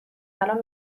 الان